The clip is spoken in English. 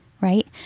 right